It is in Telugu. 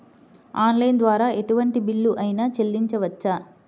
ఆన్లైన్ ద్వారా ఎటువంటి బిల్లు అయినా చెల్లించవచ్చా?